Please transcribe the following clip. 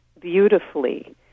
beautifully